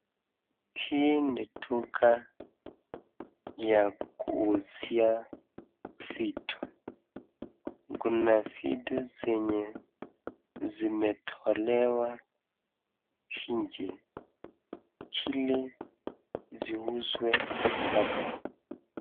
Hii ni duka ya kuuzia vitu, kuna vitu zenye zimetolewa nje, ile ziuzwe hapa.